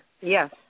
Yes